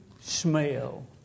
smell